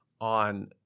on